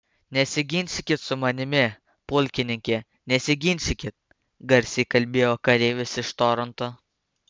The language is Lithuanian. nesiginčykit su manimi pulkininke nesiginčykit garsiai kalbėjo kareivis iš toronto